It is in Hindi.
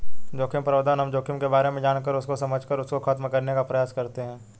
जोखिम प्रबंधन हम जोखिम के बारे में जानकर उसको समझकर उसको खत्म करने का प्रयास करते हैं